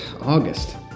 August